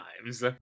times